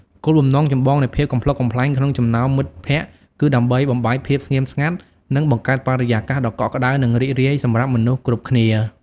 គោលបំណងចម្បងនៃភាពកំប្លុកកំប្លែងក្នុងចំណោមមិត្តភក្តិគឺដើម្បីបំបែកភាពស្ងៀមស្ងាត់និងបង្កើតបរិយាកាសដ៏កក់ក្តៅនិងរីករាយសម្រាប់មនុស្សគ្រប់គ្នា។